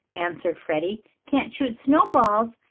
answered freddie. can't shoot snowballs.